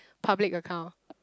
public account